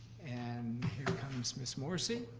and here comes ms. morrissey.